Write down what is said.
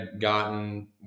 gotten